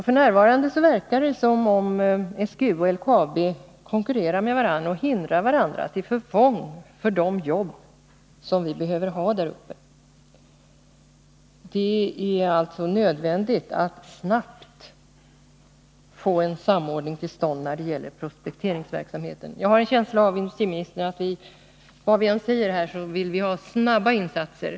F. n. verkar det som om SGU och LKAB konkurrerar med varandra och hindrar varandra, till förfång för de jobb vi behöver här uppe. Det är alltså nödvändigt att vi snabbt får till stånd en samordning när det gäller prospekteringsverksamheten. Jag har, industriministern, en känsla av att vi, vad vi än talar om, vill ha snabba insatser.